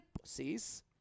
pussies